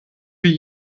wie